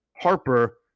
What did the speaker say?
Harper